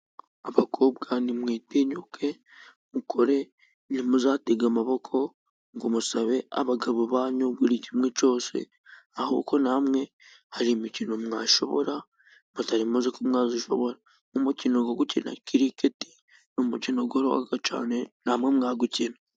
Abakobwa nimwitinyuke, mukore ntimuzatege amaboko ngo musabe abagabo banyu buri kimwe cyose, ahubwo namwe hari imikino mwashobora, mutari muzi ko mwayishobora. Nk'umukino wo gukina kiriketi, ni umukino woroha cyane bamwe mwawukina.